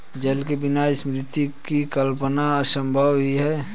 जल के बिना सृष्टि की कल्पना असम्भव ही है